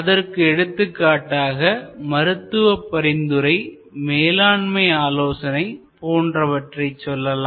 அதற்கு எடுத்துக்காட்டாக மருத்துவ பரிந்துரைமேலாண்மை ஆலோசனை போன்றவற்றை சொல்லலாம்